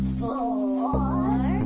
four